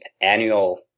annual